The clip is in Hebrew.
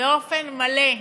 באופן מלא,